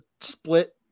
split